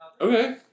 Okay